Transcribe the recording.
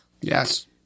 Yes